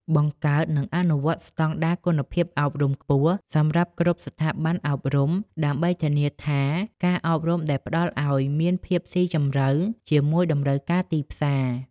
បង្កើត និងអនុវត្តស្តង់ដារគុណភាពអប់រំខ្ពស់សម្រាប់គ្រប់ស្ថាប័នអប់រំ ដើម្បីធានាថាការអប់រំដែលផ្តល់ឱ្យមានភាពស៊ីជម្រៅជាមួយតម្រូវការទីផ្សារ។